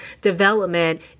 development